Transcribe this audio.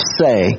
say